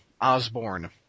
Osborne